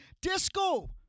Disco